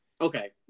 Okay